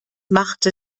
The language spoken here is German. machte